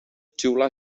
xiular